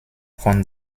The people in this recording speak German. von